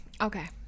Okay